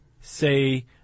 say